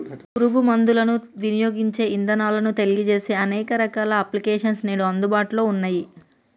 పురుగు మందులను వినియోగించే ఇదానాలను తెలియజేసే అనేక రకాల అప్లికేషన్స్ నేడు అందుబాటులో ఉన్నయ్యి